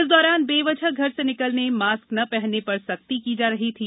इस दौरान बेवजह घर से निकलने मास्क न पहनने पर सख्ती की जा रही थी